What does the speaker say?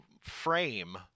frame